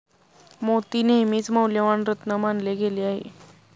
मोती नेहमीच मौल्यवान रत्न मानले गेले आहेत